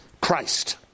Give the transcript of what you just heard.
christ